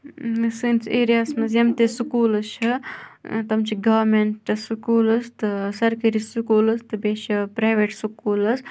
سٲنِس ایریاہَس مَنٛز ییٚمہِ تہِ سکوٗلٕز چھِ تِم چھِ گامنٹس سُکوٗلٕز تہٕ سَرکٲری سُکوٗلٕز تہٕ بیٚیہِ چھِ پرایویٹ سکوٗلٕز